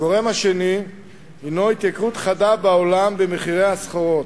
הגורם השני הינו התייקרות חדה בעולם במחירי הסחורות.